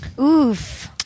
Oof